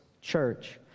Church